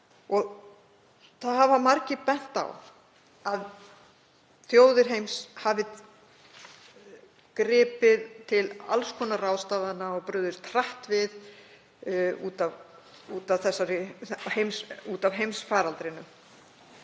Það hafa margir bent á að þjóðir heims hafi gripið til alls konar ráðstafana og brugðist hratt við út af heimsfaraldrinum.